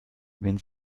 wenn